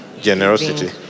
generosity